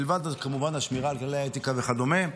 מלבד כמובן השמירה על כללי האתיקה וכדומה,